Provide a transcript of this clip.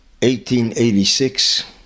1886